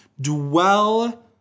dwell